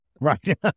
Right